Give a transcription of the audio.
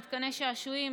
מתקני שעשועים,